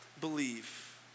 believe